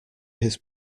his